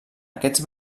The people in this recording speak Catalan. aquests